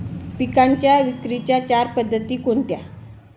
पिकांच्या विक्रीच्या चार पद्धती कोणत्या?